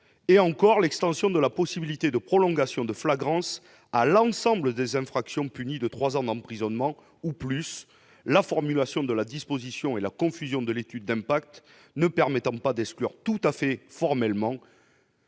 part, de l'extension de la possibilité de prolonger la flagrance à l'ensemble des infractions punies de trois ans d'emprisonnement ou plus. Or la formulation de cette disposition et la confusion de l'étude d'impact ne permettent pas d'exclure tout à fait formellement